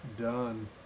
Done